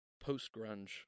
post-grunge